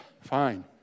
Fine